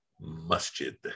masjid